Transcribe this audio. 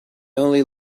only